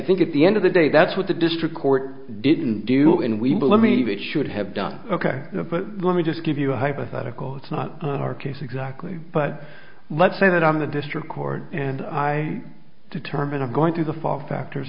think at the end of the day that's what the district court didn't do in we believe me that should have done ok but let me just give you a hypothetical it's not our case exactly but let's say that i'm the district court and i determine i'm going through the fall factors